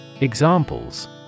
Examples